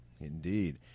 Indeed